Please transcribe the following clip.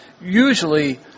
usually